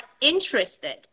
interested